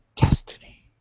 Destiny